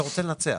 אתה רוצה לנצח